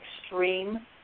extreme